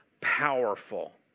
powerful